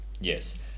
yes